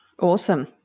Awesome